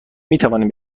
میتوانیم